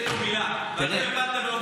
יש לו מילה, הכי עצוב שהוא הרגיש אי פעם.